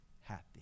happy